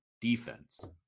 defense